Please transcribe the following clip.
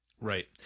Right